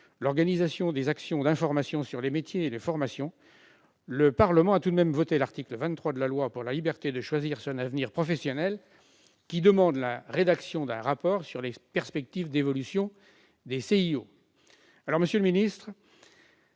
l'organisation des actions d'information sur les métiers et les formations, le Parlement a tout de même voté l'article 23 du projet de loi pour la liberté de choisir son avenir professionnel, qui prévoit la rédaction d'un rapport sur les perspectives d'évolution des CIO. Monsieur le ministre,